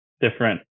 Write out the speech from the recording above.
different